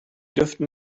dürften